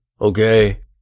Okay